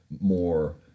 more